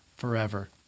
Forever